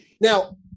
Now